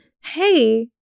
hey